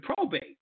probate